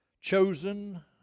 chosen